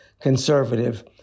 conservative